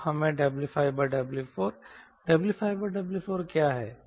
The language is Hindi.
अब हमें W5W4 W5W4 क्या है